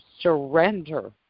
surrender